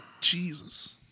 Jesus